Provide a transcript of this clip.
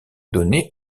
donnée